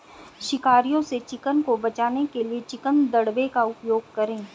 शिकारियों से चिकन को बचाने के लिए चिकन दड़बे का उपयोग करें